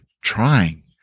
trying